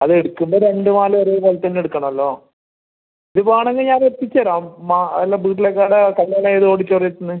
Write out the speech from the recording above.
അത് എടുക്കുമ്പോൾ രണ്ട് മാല ഒരു ഇതായിട്ടുതന്നെ എടുക്കണമല്ലോ ഇത് വേണമെങ്കിൽ ഞാൻ എത്തിച്ചുതരാം മാ അല്ല വീട്ടിലേക്ക് അല്ലേ കല്യാണം ഏത് ഓഡിറ്റോറിയത്തിൽനിന്ന്